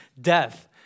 death